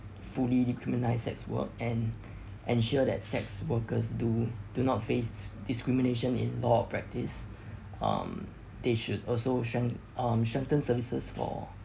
fully decriminalise sex work and ensure that sex workers do do not face s~ discrimination in law practice um they should also sanc~ um strengthen services for